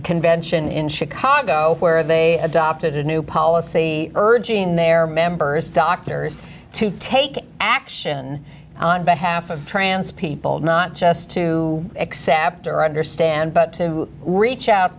convention in chicago where they adopted a new policy urging their members doctors to take action on behalf of trans people not just to acceptor i understand but to reach out